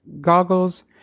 goggles